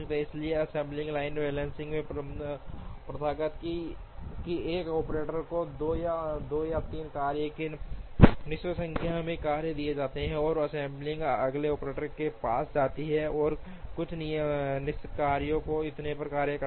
इसलिए यह assembly line balancing में प्रथागत है कि एक ऑपरेटर को 2 या 3 कार्य या निश्चित संख्या में कार्य दिए जाते हैं और असेंबली अगले ऑपरेटर के पास जाती है जो कुछ निश्चित कार्यों और इतने पर कार्य करता है